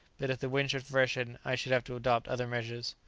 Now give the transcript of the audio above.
but if the wind should freshen, i should have to adopt other measures.